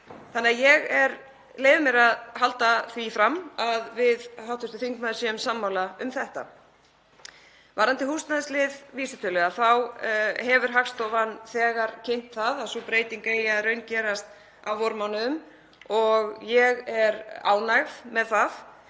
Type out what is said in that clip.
Þannig að ég leyfi mér að halda því fram að við hv. þingmaður séum sammála um þetta. Varðandi húsnæðislið vísitölu þá hefur Hagstofan þegar kynnt að sú breyting eigi að raungerast á vormánuðum og ég er ánægð með það.